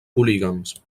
polígams